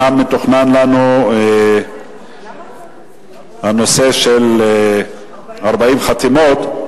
אומנם מתוכנן לנו הנושא של 40 חתימות,